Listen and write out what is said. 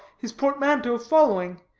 his portmanteau following.